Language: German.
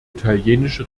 italienische